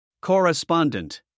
Correspondent